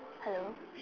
hello